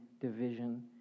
division